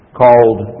called